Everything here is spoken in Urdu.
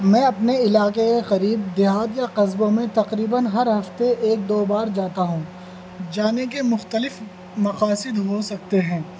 میں اپنے علاقے قریب دیہات یا قصبوں میں تقریباً ہر ہفتے ایک دو بار جاتا ہوں جانے کے مختلف مقاصد ہو سکتے ہیں